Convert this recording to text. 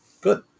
Good